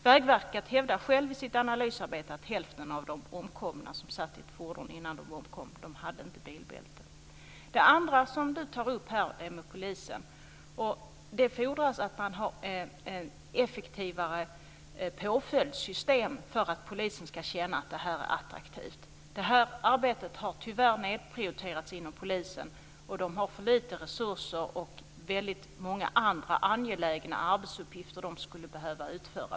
Vägverket hävdar självt i sitt analysarbete att hälften av de omkomna som satt i ett fordon inte hade bilbälte innan de omkom. Det andra som Birgitta Wistrand tar upp handlar om polisen. Det fordras att man har effektivare påföljdssystem för att polisen ska känna att detta är attraktivt. Detta arbete har tyvärr nedprioriterats inom polisen. Man har för lite resurser, och väldigt många andra angelägna arbetsuppgifter som man skulle behöva utföra.